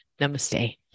Namaste